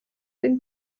den